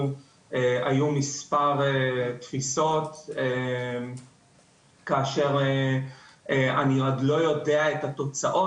היו מספר תפיסות כאשר אני עוד לא יודע את התוצאות,